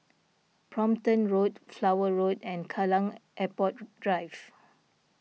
Brompton Road Flower Road and Kallang Airport Drive